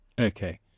Okay